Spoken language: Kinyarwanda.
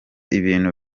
ibintu